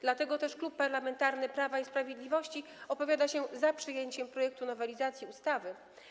Dlatego też Klub Parlamentarny Prawo i Sprawiedliwość opowiada się za przyjęciem projektu nowelizacji ustawy.